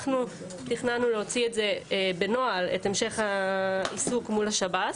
אנחנו תכננו להוציא את זה בנוהל את המשך העיסוק מול שב"ס.